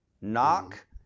knock